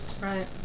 Right